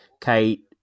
kate